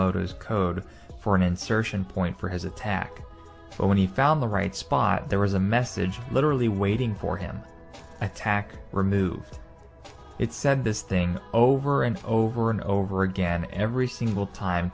his code for an insertion point for his attack when he found the right spot there was a message literally waiting for him attack removed it said this thing over and over and over again every single time